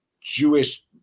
Jewish